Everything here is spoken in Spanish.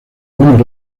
buenos